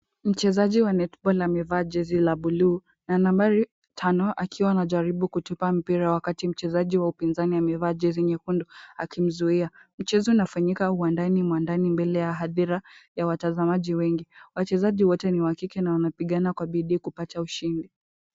Mchezaji wa netball amevaa jezi la bluu na nambari 5 akiwa anajaribu kutupa mpira wakati mchezaji wa upinzani amevaa jezi nyekundu akimzuia. Mchezo unafanyika uwandani mwa ndani mbele ya hadhira ya watazamaji wengi. Wachezaji wote ni wa kike na wanapigana kwa bidii kupata ushindi.